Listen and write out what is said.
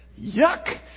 yuck